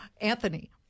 Anthony